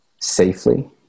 safely